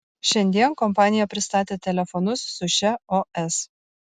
šiandien kompanija pristatė telefonus su šia os